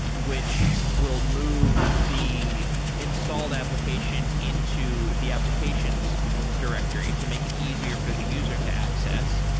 which will move the installed application into the applications directory to make it easier for the user to access.